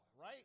right